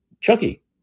Chucky